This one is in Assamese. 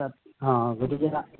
অঁ